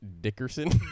Dickerson